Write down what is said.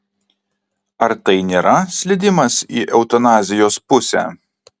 ar tai nėra slydimas į eutanazijos pusę